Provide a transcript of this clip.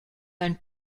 ein